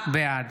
בעד